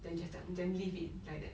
then just 这样 then leave it like that